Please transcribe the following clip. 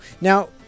Now